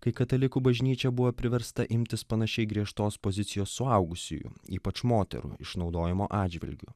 kai katalikų bažnyčia buvo priversta imtis panašiai griežtos pozicijos suaugusiųjų ypač moterų išnaudojimo atžvilgiu